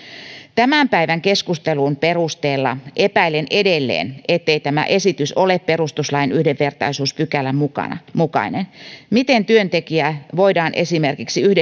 tämän päivän keskustelun perusteella epäilen edelleen ettei tämä esitys ole perustuslain yhdenvertaisuuspykälän mukainen miten työntekijä voidaan esimerkiksi